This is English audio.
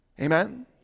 amen